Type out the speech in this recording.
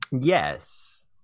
Yes